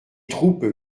troupes